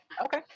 okay